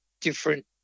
different